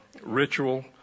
ritual